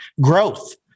growth